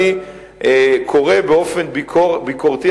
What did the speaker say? אני קורא באופן ביקורתי,